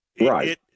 Right